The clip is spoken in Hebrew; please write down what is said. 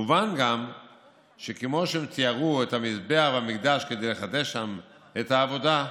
מובן גם שכמו שהם טיהרו את המזבח והמקדש כדי לחדש שם את העבודה,